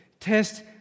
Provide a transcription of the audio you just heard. Test